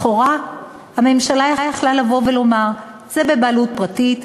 לכאורה הממשלה יכלה לבוא ולומר: זה בבעלות פרטית,